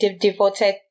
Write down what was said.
devoted